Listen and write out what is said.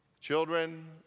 children